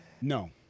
No